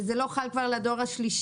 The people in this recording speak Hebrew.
זה לא חל כבר על הדור השלישי.